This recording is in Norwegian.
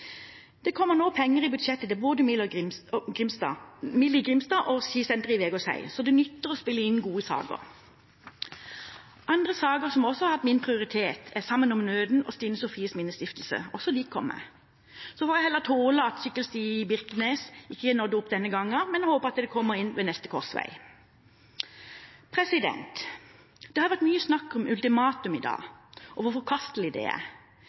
Det kommer nå penger i budsjettet til både MIL i Grimstad og skisenteret i Vegårshei, så det nytter å spille inn gode saker. Andre saker som også har hatt min prioritet, er Sammen om Nøden og Stine Sofies Stiftelse. Også de kom med. Så får jeg heller tåle at sykkelsti i Birkenes ikke nådde opp denne gangen, men jeg håper at det kommer inn ved neste korsvei. Det har vært mye snakk om ultimatum i dag, og hvor forkastelig det er.